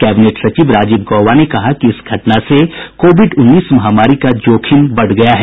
cabinet सचिव राजीव गौबा ने कहा कि इस घटना से कोविड उन्नीस महामारी का जोखिम बढ़ गया है